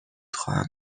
خواهم